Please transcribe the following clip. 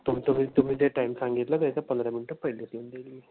तुमचं जे तुम्ही जे टाईम सांगितलं त्याच्या पंधरा मिनिट पहिलेच येऊन जाईल मी